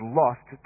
lost